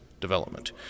development